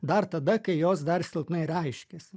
dar tada kai jos dar silpnai reiškėsi